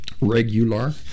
regular